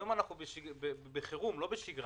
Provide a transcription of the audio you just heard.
היום אנחנו בחירום, לא בשגרה.